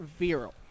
viral